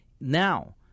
Now